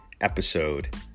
episode